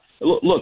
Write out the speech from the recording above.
look